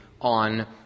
on